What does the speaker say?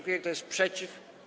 Kto jest przeciw?